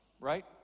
right